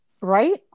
Right